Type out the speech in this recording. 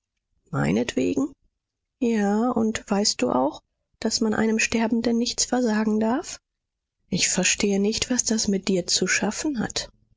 meinetwegen ja und weißt du auch daß man einem sterbenden nichts versagen darf ich verstehe nicht was das mit dir zu schaffen hat